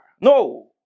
No